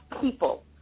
people